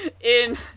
in-